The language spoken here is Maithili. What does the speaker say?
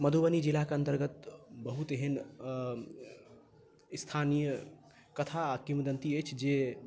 मधुबनी जिलाके अन्तर्गत बहुत एहन स्थानीय कथा आ किंवदन्ति अछि जे